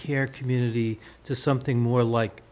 care community to something more like